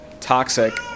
toxic